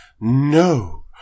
no